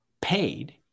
paid